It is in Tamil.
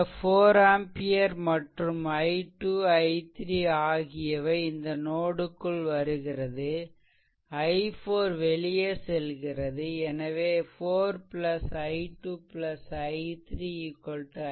இந்த 4 ஆம்பியர் மற்றும் i2 i3 ஆகியவை இந்த நோட் க்குள் வருகிறது i4 வெளியே செல்கிறது எனவே 4 i2 i3 i4